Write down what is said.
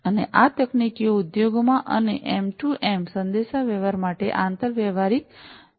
અને આ તકનીકીઓ ઉદ્યોગોમાં અને એમ2એમ સંદેશાવ્યવહાર માટે આંતરવ્યવહારિક ધોરણોનો ઉપયોગ કરે છે